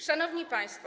Szanowni Państwo!